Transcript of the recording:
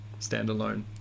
standalone